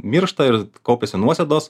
miršta ir kaupiasi nuosėdos